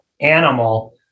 animal